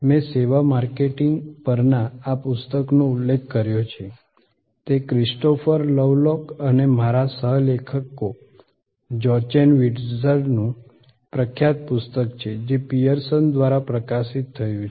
મેં સેવા માર્કેટિંગ પરના આ પુસ્તકનો ઉલ્લેખ કર્યો છે તે ક્રિસ્ટોફર લવલોક અને મારા સહ લેખકો જોચેન વિર્ટ્ઝનું પ્રખ્યાત પુસ્તક છે જે પીયર્સન દ્વારા પ્રકાશિત થયું છે